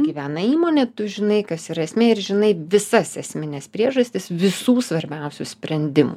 gyvena įmonė tu žinai kas yra esmė ir žinai visas esmines priežastis visų svarbiausių sprendimų